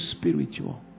spiritual